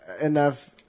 enough